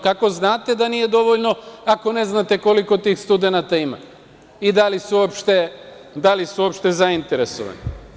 Kako znate da nije dovoljno, ako ne znate koliko tih studenata ima i da li su uopšte zainteresovani?